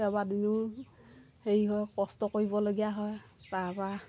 কেইবাদিনো হেৰি হয় কষ্ট কৰিবলগীয়া হয় তাৰপৰা